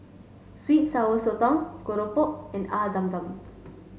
Sweet Sour Sotong Keropok and Air Zam Zam